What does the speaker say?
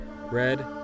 Red